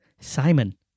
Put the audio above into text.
Simon